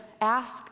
ask